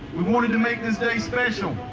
we wanted to make this day special.